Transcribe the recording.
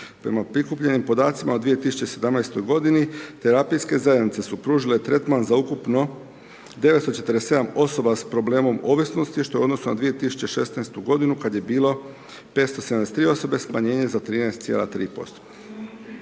Prema prikupljenim podacima u 2017. g. terapijske zajednice su pružile tretman za ukupno 947 osoba sa problemom ovisnosti što u odnosu na 2016. g. kad je bilo 573 osobe, smanjene za 13,3%.